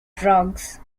drugs